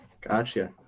Gotcha